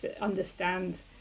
understand